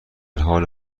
حال